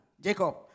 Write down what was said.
Jacob